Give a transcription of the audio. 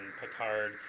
picard